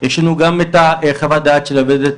יש לנו גם את חוות הדעת של העובדת